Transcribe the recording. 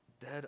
dead